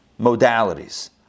modalities